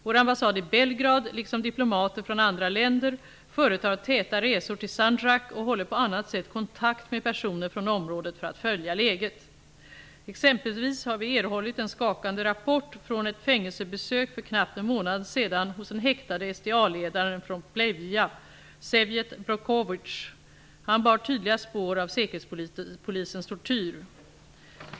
Vår ambassad i Belgrad, liksom diplomater från andra länder, företar täta resor till Sandjak och håller på annat sätt kontakt med personer från området för att följa läget. Exempelvis har vi erhållit en skakande rapport från ett fängelsebesök för knappt en månad sedan hos den häktade SDA-ledaren från Pljevlja, Sefket Brckovic. Han bar tydliga spår av säkerhetspolisens tortyr.